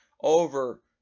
over